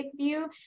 view